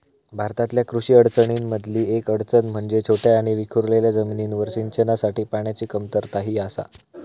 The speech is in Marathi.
भारतातल्या कृषी अडचणीं मधली येक अडचण म्हणजे छोट्या आणि विखुरलेल्या जमिनींवर सिंचनासाठी पाण्याची कमतरता ही आसा